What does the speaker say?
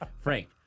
Frank